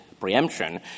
preemption